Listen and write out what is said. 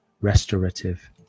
restorative